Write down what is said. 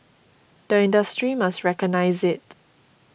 the industry must recognise it